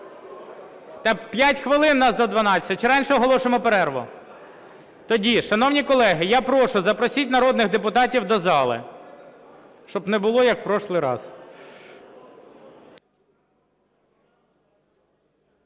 Так? 5 хвилин в нас до 12. Чи раніше оголосимо перерву? Тоді, шановні колеги, я прошу, запросіть народних депутатів до зали, щоб не було, як в минулий раз.